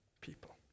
people